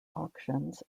auctions